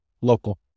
Local